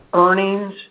earnings